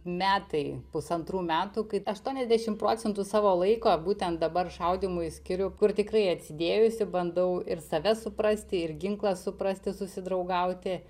metai pusantrų metų kai aštuoniasdešim procentų savo laiko būtent dabar šaudymui skiriu kur tikrai atsidėjusi bandau ir save suprasti ir ginklą suprasti susidraugauti